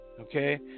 okay